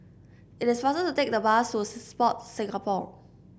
it is faster to take the bus to Sports Singapore